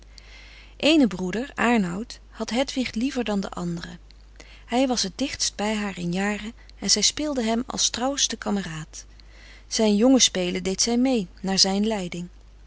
eenen broeder aernout had hedwig liever dan de anderen hij was t dichtst bij haar in jaren en zij speelde met hem als trouwste kameraad zijn jongens spelen deed zij mee naar zijn leiding